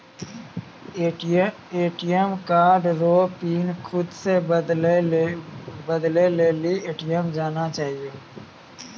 ATM card रो pin खुद से बदलै लेली ए.टी.एम जाना चाहियो